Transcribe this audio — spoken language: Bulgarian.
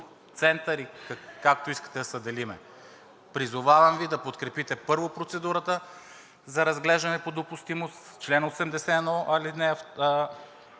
център и както искате да се делим. Призовавам да подкрепите, първо, процедурата за разглеждане по допустимост – чл. 81, ал. 2 и,